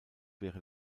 wäre